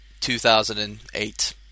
2008